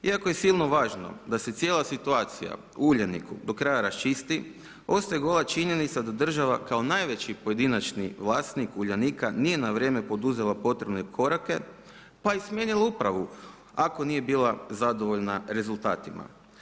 Iako je silno važno da se cijela situacija u Uljaniku do kraja raščisti, ostaje gola činjenica da država kao najveći pojedinačni vlasnik Uljanika nije na vrijeme poduzela potrebne korake, pa i smijenila upravu ako nije bila zadovoljna rezultatima.